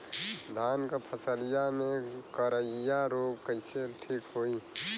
धान क फसलिया मे करईया रोग कईसे ठीक होई?